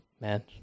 man